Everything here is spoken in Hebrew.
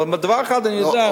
אבל דבר אחד אני יודע.